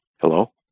Hello